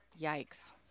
Yikes